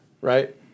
Right